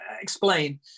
explain